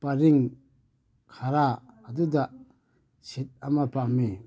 ꯄꯔꯤꯡ ꯈꯔ ꯑꯗꯨꯗ ꯁꯤꯠ ꯑꯃ ꯄꯥꯝꯃꯤ